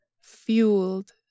fueled